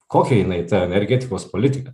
kokia jinai tą energetikos politika